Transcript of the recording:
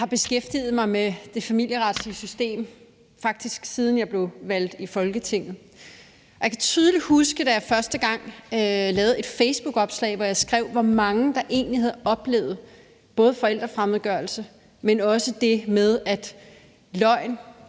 har beskæftiget mig med det familieretslige system, faktisk siden jeg blev valgt til Folketinget. Jeg kan tydeligt huske, da jeg første gang lavede et facebookopslag, hvor jeg skrev, hvor mange der egentlig havde oplevet både forældrefremmedgørelse, men også det med, at løgn